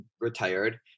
retired